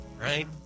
Right